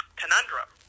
conundrum